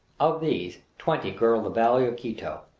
of these, twenty girdle the valley of quito,